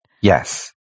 Yes